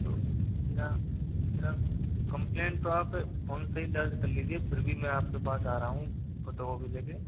तो ना मेरा कंप्लैन तो आप फोन से ही दर्ज कर लीजिए फिर भी मैं आपके पास आ रहा हूँ फोटोकॉपी लेके